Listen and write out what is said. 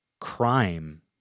crime